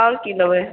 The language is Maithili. आओर की लेबै